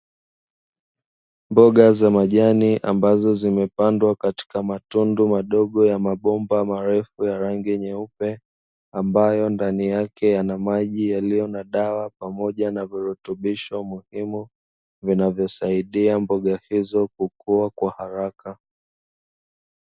Mboga za majani ambazo zimepandwa katika matundu madogo ya mabomba marefu ya rangi nyeupe, ambayo ndani yake yana maji yaliyo na dawa pamoja na virutubisho muhimu vinavyosaidia mboga hizo kukua kwa haraka.